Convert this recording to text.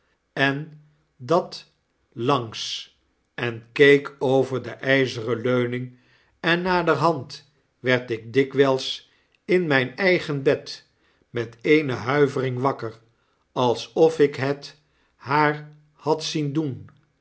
en dat langs en keek over de yzeren leuning en naderhand werd ik dikwyls in myn eigen bed met eene huivering wakker alsof ik het haar had zien doen